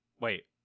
wait